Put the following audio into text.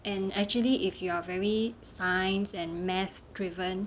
and actually if you are very science and math driven